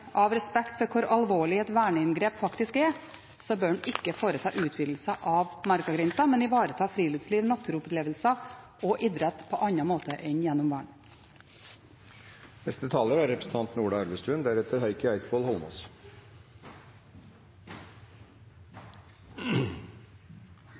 av respekt for hvor alvorlig et verneinngrep faktisk er, bør en ikke foreta utvidelser av markagrensen, men ivareta friluftsliv, naturopplevelser og idrett på andre måter enn gjennom vern.